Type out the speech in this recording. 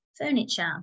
furniture